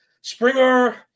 Springer